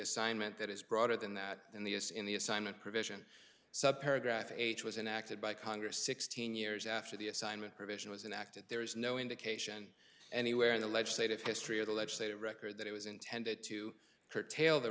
assignment that is broader than that in the u s in the assignment provision graf age was enacted by congress sixteen years after the assignment provision was an act and there is no indication anywhere in the legislative history of the legislative record that it was intended to curtail the